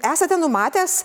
esate numatęs